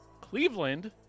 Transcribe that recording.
Cleveland